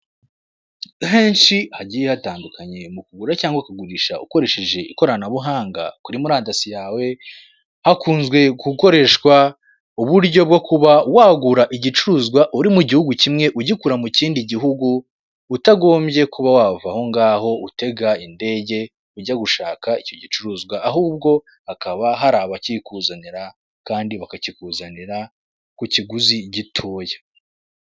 Henshi hagiye hatandukanye mu kugura cyangwa kugurisha ukoresheje ikoranabuhanga kuri murandasi yawe, hakunzwe gukoreshwa uburyo bwo kuba wagura igicuruzwa uri mu gihugu kimwe ugikura mu kindi gihugu, utagombye kuba wava aho ngaho utega indege ujya gushaka icyo gicuruzwa, ahubwo hakaba hari abakikuzanira kandi bakakikuzanira ku kiguzi gitoya.